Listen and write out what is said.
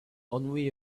only